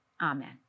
Amen